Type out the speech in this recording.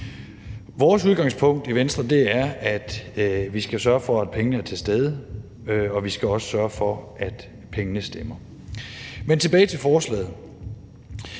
Vores udgangspunkt i Venstre er, at vi skal sørge for, at pengene er til stede, og at vi også skal sørge for, at pengene stemmer. Men tilbage til forslaget.